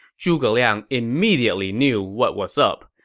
zhuge liang immediately knew what was up.